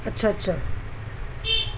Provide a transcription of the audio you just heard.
اچھا اچھا